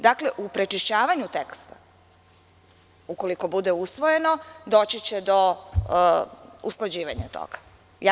Dakle, u prečišćavanju teksta, ukoliko bude usvojeno, doći će do usklađivanja toga.